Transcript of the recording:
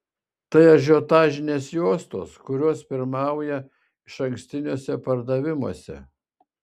tai ažiotažinės juostos kurios pirmauja išankstiniuose pardavimuose